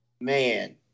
Man